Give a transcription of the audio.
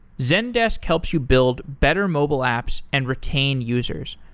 zendesk helps you build better mobile apps and retain users.